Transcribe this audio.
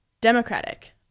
Democratic